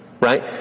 right